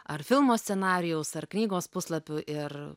ar filmo scenarijaus ar knygos puslapių ir